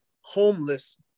homeless